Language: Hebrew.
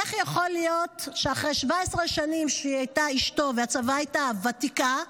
איך יכול להיות שאחרי 17 שנים שהיא הייתה אשתו והצוואה הייתה ותיקה,